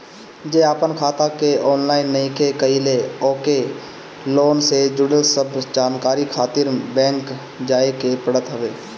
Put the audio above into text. जे आपन खाता के ऑनलाइन नइखे कईले ओके लोन से जुड़ल सब जानकारी खातिर बैंक जाए के पड़त हवे